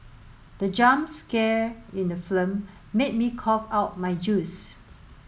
the jump scare in the film made me cough out my juice